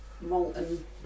molten